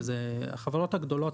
החברות הגדולות.